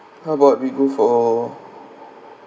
how about we go for